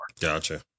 Gotcha